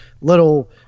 little